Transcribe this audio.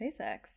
SpaceX